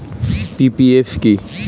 PPF কি?